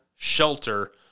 Shelter